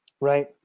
Right